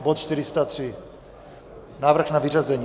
Bod 403, návrh na vyřazení.